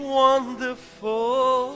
wonderful